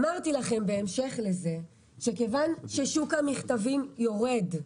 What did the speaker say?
אמרתי לכם בהמשך שמכיוון ששוק המכתבים יורד,